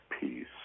peace